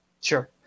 Sure